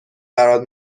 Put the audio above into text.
برات